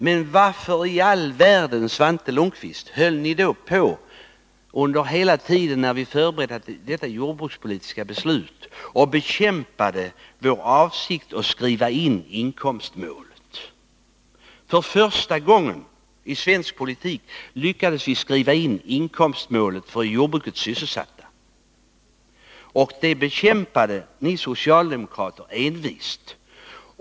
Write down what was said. Men varför i all världen, Svante Lundkvist, höll ni då på under hela den tid som vi förberedde det jordbrukspolitiska beslutet och bekämpade vår avsikt att skriva in inkomstmålet? För första gången i svensk politik lyckades vi skriva in inkomstmålet för i jordbruket sysselsatta, och det bekämpade ni socialdemokrater envist.